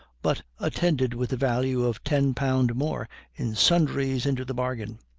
but attended with the value of ten pound more in sundries into the bargain.